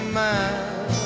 man